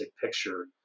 picture